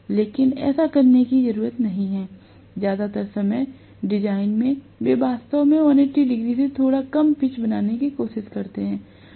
लेकिन ऐसा होने की जरूरत नहीं है ज्यादातर समय डिजाइन में वे वास्तव में 180 डिग्री से थोड़ा कम पिच बनाने की कोशिश करते हैं